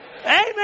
Amen